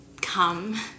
come